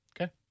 Okay